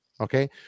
Okay